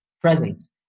presence